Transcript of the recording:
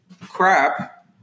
crap